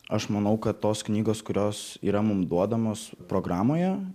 aš manau kad tos knygos kurios yra mum duodamos programoje